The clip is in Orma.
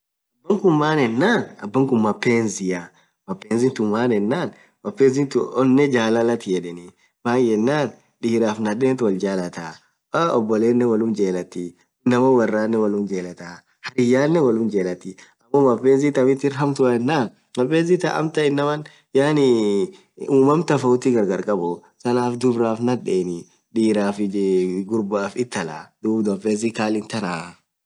abakhun maaenen abakhun mapenzia mapenzitun maan yenen penzithun onne jalalathi yedhen maaenen dhiraf nadheth wol jalathaa aaa obolenen wolum jelathi inamaa woranen wolum jeletha hariyanen wolum jelathi ammo mapnzi thamithi irra hamtua ennen mapenzi thaa amtan inaman yaaani ummam tofauti gargar khabu thanaf dhubraf nadheni diraf iyoo ghurbaf intalaah dhub mapenzi khalin thanaa